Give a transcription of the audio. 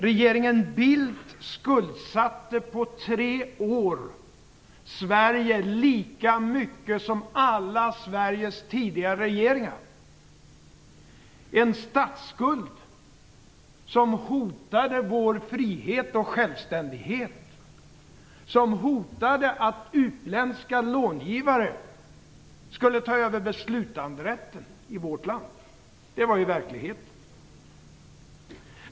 Regeringen Bildt skuldsatte på tre år Sverige lika mycket som alla Sveriges tidigare regeringar. En statsskuld som hotade vår frihet och självständighet och som innebar ett hot om att utländska långivare skulle ta över beslutanderätten i vårt land - det var verkligheten.